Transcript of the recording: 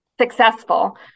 successful